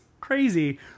crazy